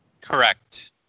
Correct